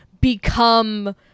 become